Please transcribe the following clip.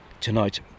tonight